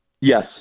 Yes